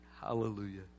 Hallelujah